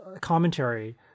commentary